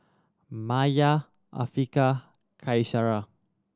Maya Afiqah Qaisara